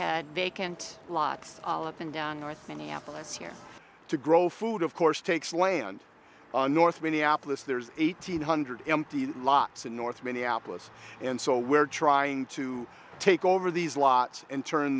had vacant lots of up and down north minneapolis here to grow food of course takes land on north minneapolis there's eighteen hundred empty lots in north minneapolis and so we're trying to take over these lots and turn